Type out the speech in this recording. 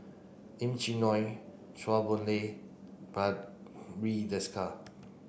Lim Chee Onn Chua Boon Lay Barry Desker